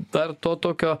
dar to tokio